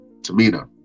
Tamina